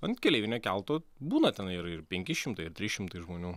ant keleivinio kelto būna tenai ir ir penki šimtai ar trys šimtai žmonių